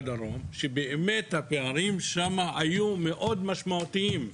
שם הפערים היו משמעותיים מאוד,